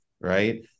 Right